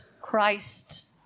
Christ